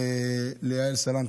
ליעל סלנט,